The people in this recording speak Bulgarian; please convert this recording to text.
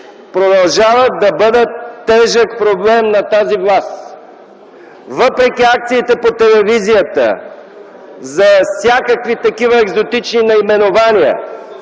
продължават да бъдат тежък проблем на тази власт. Въпреки акциите по телевизията за всякакви такива екзотични наименования